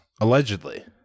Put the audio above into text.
allegedly